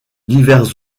divers